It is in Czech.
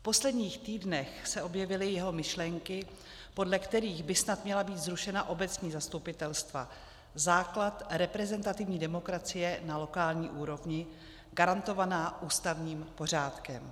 V posledních týdnech se objevily jeho myšlenky, podle kterých by snad měla být zrušena obecní zastupitelstva základ reprezentativní demokracie na lokální úrovni garantovaná ústavním pořádkem.